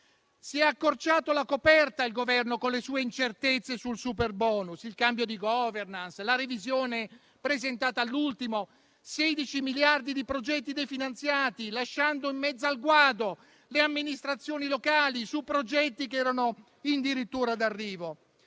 Si è accorciato la coperta, il Governo, con le sue incertezze sul superbonus, con il cambio di *governance*, con la revisione presentata all'ultimo, con i 16 miliardi di progetti definanziati, lasciando in mezzo al guado le amministrazioni locali su progetti che erano in dirittura d'arrivo.